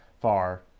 far